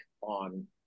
on